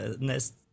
nest